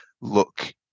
look